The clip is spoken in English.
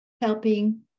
helping